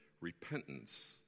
repentance